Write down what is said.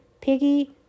Piggy